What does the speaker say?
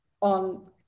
on